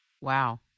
Wow